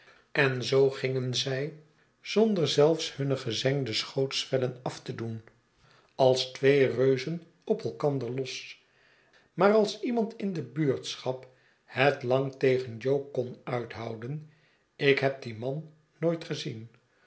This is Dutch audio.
en zoo gingen zij zonder zelfs hunne gezengde schootsvellen af te doen als twee reuzen op elkander los maar als iemand in de buurtschap het lang tegen jo kon uithouden ik heb dien man nooit gezien